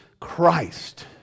Christ